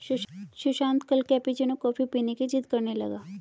सुशांत कल cappuccino coffee पीने की जिद्द करने लगा